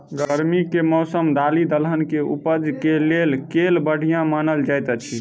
गर्मी केँ मौसम दालि दलहन केँ उपज केँ लेल केल बढ़िया मानल जाइत अछि?